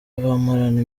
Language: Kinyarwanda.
bamarana